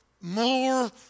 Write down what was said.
more